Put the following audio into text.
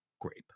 grape